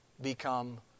become